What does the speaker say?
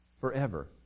forever